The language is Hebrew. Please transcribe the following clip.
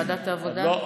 לוועדת העבודה?